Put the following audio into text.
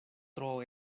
tro